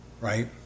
right